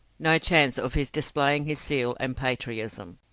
no chance of his displaying his zeal and patriotism.